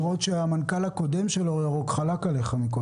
למרות שהמנכ"ל הקודם של אור ירוק חלק עליך.